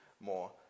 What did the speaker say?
more